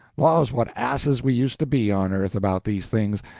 laws, what asses we used to be, on earth, about these things!